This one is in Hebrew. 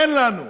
אין לנו.